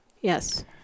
Yes